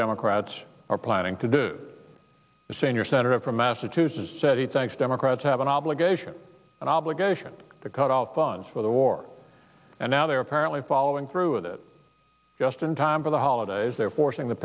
democrats are planning to do the same your senator from massachusetts said he thinks democrats have an obligation an obligation to cut off funds for the war and now they're apparently following through with it just in time for the holidays they are forcing the